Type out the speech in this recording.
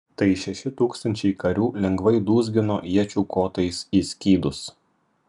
tai šeši tūkstančiai karių lengvai dūzgino iečių kotais į skydus